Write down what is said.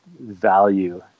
value